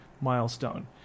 milestone